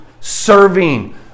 serving